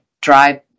drive